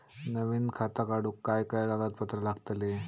नवीन खाता काढूक काय काय कागदपत्रा लागतली?